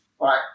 Right